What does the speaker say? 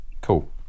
Cool